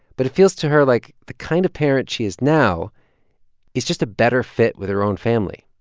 but it feels to her like the kind of parent she is now is just a better fit with her own family,